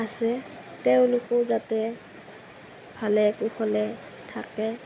আছে তেওঁলোকো যাতে ভালে কুশলে থাকে